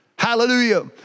Hallelujah